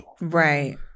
Right